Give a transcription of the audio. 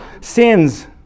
sins